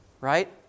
Right